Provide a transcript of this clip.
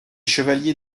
chevalier